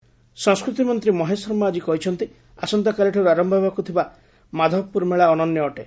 culture minister ସଂସ୍କୃତି ମନ୍ତ୍ରୀ ମହେ ଶର୍ମା ଆଜି କହିଚ୍ଚନ୍ତି ଆସନ୍ତାକାଲିଠାରୁ ଆରମ୍ଭ ହେବାକୁ ଥିବା ମାଧବପୁର ମେଳା ଅନନ୍ୟ ଅଟେ